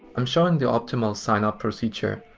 i'm showing the optimal sign up procedure.